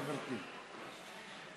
חברתי,